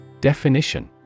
Definition